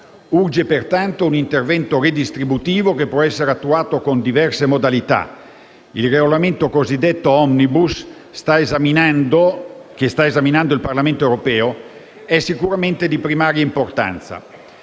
Urge pertanto un intervento redistributivo che può essere attuato con diverse modalità. Il regolamento cosiddetto *omnibus*, che sta esaminando il Parlamento europeo, è sicuramente di primaria importanza,